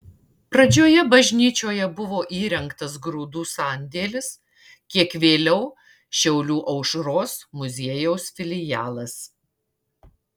pradžioje bažnyčioje buvo įrengtas grūdų sandėlis kiek vėliau šiaulių aušros muziejaus filialas